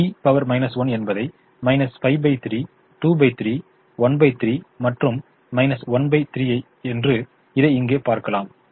B 1 என்பதை 5 3 23 13 மற்றும் 1 3 ஐ என்று இதை இங்கு பார்க்கலாம்